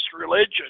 religion